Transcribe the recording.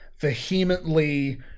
vehemently